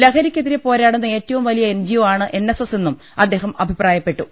ലഹരിക്കെതിരെ പോരാടുന്ന ഏറ്റവും വലിയ എൻ ജിഒ ആണ് എൻ എസ് എസ് എന്നും അദ്ദേഹം അഭിപ്രായപ്പെട്ടു